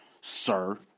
sir